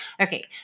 Okay